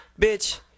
Bitch